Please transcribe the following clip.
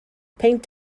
peint